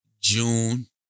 June